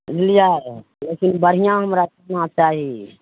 बुझलियै लेकिन बढ़िआँ हमरा सोना चाही